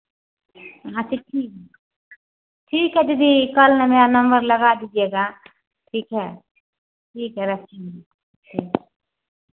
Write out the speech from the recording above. अच्छा ठीक ठीक है दीदी कल ना मेरा नंबर लगा दीजिएगा ठीक है ठीक है रखते हैं अच्छा